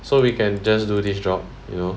so we can just do this job you know